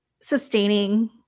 sustaining